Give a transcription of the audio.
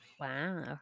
Wow